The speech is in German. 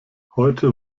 heute